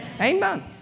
Amen